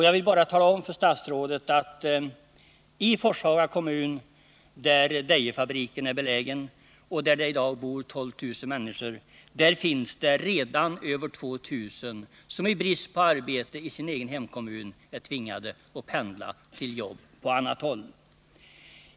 Jag vill bara tala om för statsrådet, att i Forshaga kommun, där Dejefabriken är belägen och där det i dag bor 12 000 människor, finns redan över 2 000 som i brist på arbete i sin egen hemkommun är tvingade att pendla till jobb på annat håll.